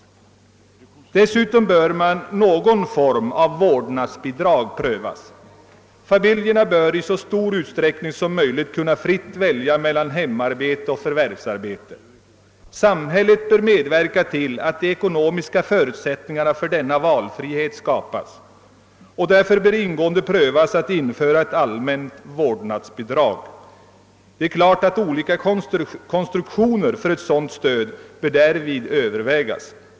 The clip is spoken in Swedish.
Dessutom bör någon form av vårdnadsbidrag prövas. Familjerna bör i så stor utsträckning som möjligt kunna fritt välja mellan hemarbete och förvärvsarbete. Samhället bör medverka till att ekonomiska förutsättningar för denna valfrihet skapas. Därför bör ingående prövas möjligheterna att införa ett allmänt vårdnadsbidrag. Olika konstruktioner för ett sådant stöd bör därvid övervägas.